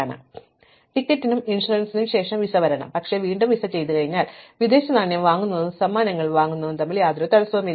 അതിനാൽ ടിക്കറ്റിനും ഇൻഷുറൻസിനും ശേഷം വിസ വരണം പക്ഷേ വീണ്ടും വിസ ചെയ്തുകഴിഞ്ഞാൽ വിദേശനാണ്യം വാങ്ങുന്നതും സമ്മാനങ്ങൾ വാങ്ങുന്നതും തമ്മിൽ യാതൊരു തടസ്സവുമില്ല